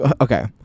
Okay